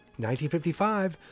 1955